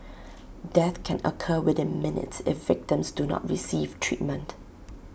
death can occur within minutes if victims do not receive treatment